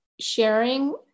sharing